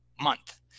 month